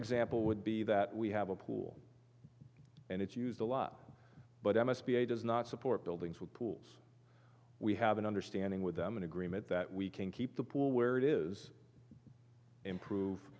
example would be that we have a pool and it's used a lot but i must be a does not support buildings with pools we have an understanding with them an agreement that we can keep the pool where it is improve